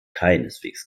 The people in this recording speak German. keineswegs